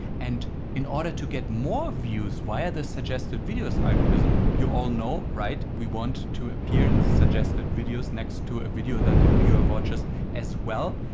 and in order to get more views via the suggested videos algorithm, you all know, right, we want to appear in the suggested videos next to a video that a viewer watches as well,